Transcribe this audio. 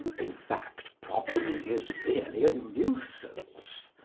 in fact, property is really a nuisance.